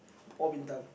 all Bintan